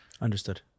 Understood